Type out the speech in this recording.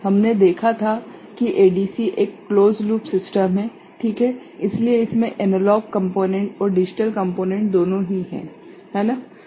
हमने देखा था कि एडीसी एक क्लोज्ड लूप सिस्टम है ठीक है इसलिए इसमे एनालॉग कम्पोनेंट और डिजिटल कम्पोनेंट दोनों ही है है ना